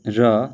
र